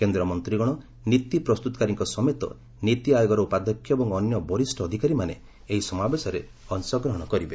କେନ୍ଦ୍ରମନ୍ତ୍ରୀଗଣ ନୀତି ପ୍ରସ୍ତୁତକାରୀଙ୍କ ସମେତ ନୀତି ଆୟୋଗର ଉପାଧ୍ୟକ୍ଷ ଏବଂ ଅନ୍ୟ ବରିଷ୍ଠ ଅଧିକାରୀମାନେ ଏହି ସମାବେଶରେ ଅଂଶଗ୍ରହଣ କରିବେ